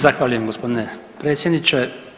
Zahvaljujem gospodine predsjedniče.